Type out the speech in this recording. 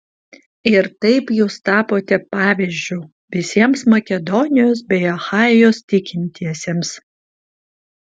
ir taip jūs tapote pavyzdžiu visiems makedonijos bei achajos tikintiesiems